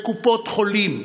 בקופות החולים,